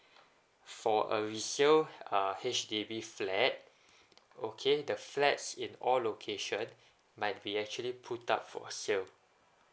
for a resale uh H_D_B flat okay the flats in all location might be actually put up for sale